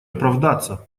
оправдаться